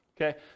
Okay